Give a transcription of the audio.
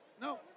no